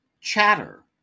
Chatter